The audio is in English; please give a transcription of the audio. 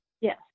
yes